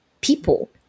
people